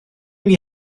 mynd